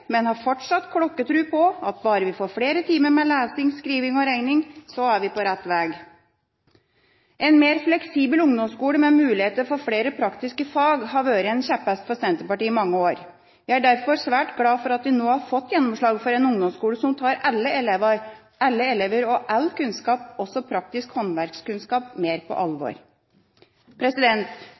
men har fortsatt klokkertro på at bare vi får flere timer med lesing, skriving og regning, så er vi på rett vei. En mer fleksibel ungdomsskole med muligheter for flere praktiske fag har vært en kjeppehest for Senterpartiet i mange år. Jeg er derfor svært glad for at vi nå har fått gjennomslag for en ungdomsskole som tar alle elever og all kunnskap, også praktisk håndverkskunnskap, mer på alvor.